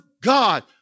God